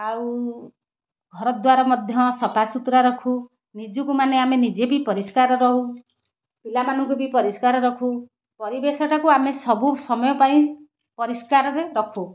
ଆଉ ଘରଦ୍ୱାର ମଧ୍ୟ ସଫା ସୁତୁରା ରଖୁ ନିଜକୁ ମାନେ ଆମେ ନିଜେ ବି ପରିଷ୍କାର ରହୁ ପିଲାମାନଙ୍କୁ ବି ପରିଷ୍କାର ରଖୁ ପରିବେଶଟାକୁ ଆମେ ସବୁ ସମୟ ପାଇଁ ପରିଷ୍କାରରେ ରଖୁ